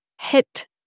hit